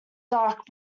dark